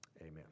Amen